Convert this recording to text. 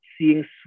seeing